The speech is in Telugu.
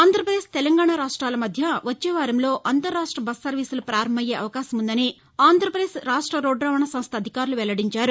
అంధ్రప్రదేశ్ తెలంగాణ రాష్ట్లల మధ్య వచ్చేవారంలో అంతర్ రాష్ట్ర బస్సు సర్వీసులు పారంభమయ్యే అవకాశం ఉందని ఆంధ్రాపదేశ్ రాష్ట రోడ్డు రవాణా సంస్ద అధికారులు వెల్లడించారు